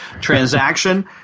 transaction